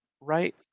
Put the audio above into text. right